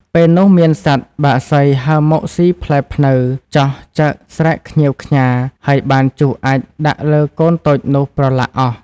ពេលនោះមានសត្វបក្សីហើរមកស៊ីផ្លែព្នៅ ចោះចឹកស្រែកខ្ញៀវខ្ញារ ហើយបានជុះអាចម៍ដាក់លើកូនតូចនោះប្រឡាក់អស់។